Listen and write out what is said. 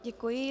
Děkuji.